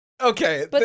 Okay